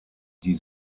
die